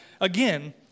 again